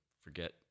forget